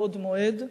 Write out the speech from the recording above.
בעוד מועד,